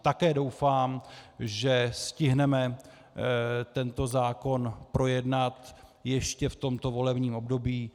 Také doufám, že stihneme tento zákon projednat ještě v tomto volebním období.